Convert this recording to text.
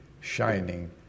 shining